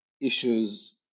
issues